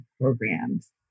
programs